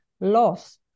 loss